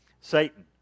Satan